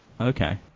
Okay